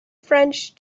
french